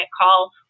call